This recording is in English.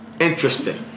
interesting